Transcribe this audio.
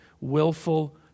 willful